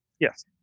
Yes